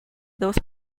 dos